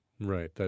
Right